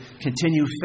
continue